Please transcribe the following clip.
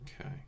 Okay